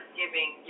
giving